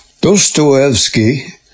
Dostoevsky